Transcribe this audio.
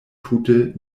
tute